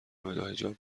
باحجاب